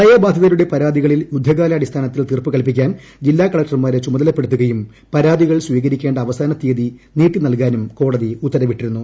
പ്രളയ ബാധിതരുടെ പരാതികളിൽ യുദ്ധകാലാടിസ്ഥാനത്തിൽ തീർപ്പുകല്പിക്കാൻ ജില്ലാ കളക്ടർമാരെ ചുമതലപ്പെടുത്തുകയും പരാതികൾ സ്വീകരിക്കേണ്ട അവസാനതീയതി നീട്ടി നൽകാനും ഹൈക്കോടതി ഉത്തരവിട്ടിരുന്നു